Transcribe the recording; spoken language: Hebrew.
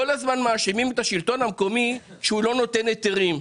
כל הזמן מאשימים את השלטון המקומי שהוא לא נותן היתרים.